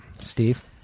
Steve